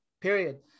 period